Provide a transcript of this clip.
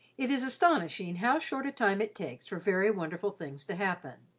it is astonishing how short a time it takes for very wonderful things to happen.